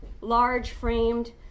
large-framed